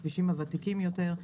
הכבישים הוותיקים יותר,